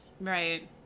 right